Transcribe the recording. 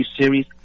series